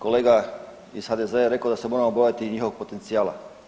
Kolega iz HDZ-a je rekao da se moramo bojati njihovog potencijala.